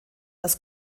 das